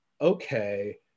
okay